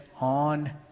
on